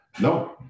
no